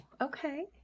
okay